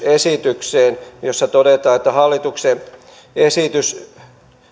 esitykseen jossa todetaan että hallituksen esitys